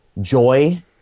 joy